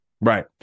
Right